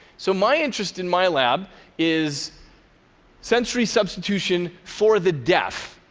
so my interest in my lab is sensory substitution for the deaf,